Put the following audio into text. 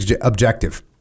objective